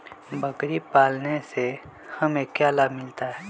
बकरी पालने से हमें क्या लाभ मिलता है?